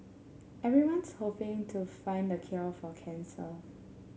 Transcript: everyone's hoping to find a cure for cancer